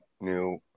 new